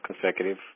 consecutive